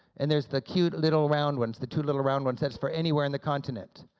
and there's the cute little round ones, the two little round one sets for anywhere in the continent.